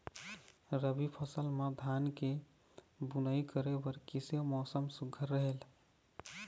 रबी फसल म धान के बुनई करे बर किसे मौसम सुघ्घर रहेल?